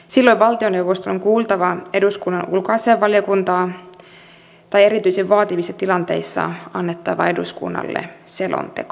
silloin valtioneuvoston on kuultava eduskunnan ulkoasiainvaliokuntaa tai erityisen vaativissa tilanteissa annettava eduskunnalle selonteko